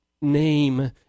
name